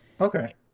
Okay